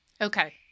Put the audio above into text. Okay